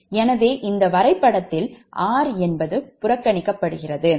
எனவே இந்த வரைபடத்தில் r என்பது புறக்கணிக்கப்படுகிறது